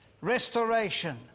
restoration